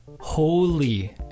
holy